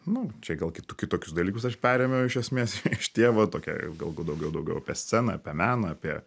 nu čia gal kitokius dalykus aš perėmiau iš esmės iš tėvo tokią gal daugiau daugiau apie sceną apie meną apie